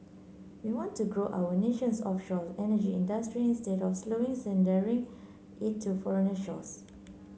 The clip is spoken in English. we want to grow our nation's offshore energy industry instead of slowly it to foreign shores